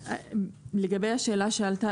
לגבי השאלה ששאלת,